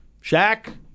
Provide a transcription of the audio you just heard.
Shaq